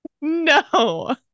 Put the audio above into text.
No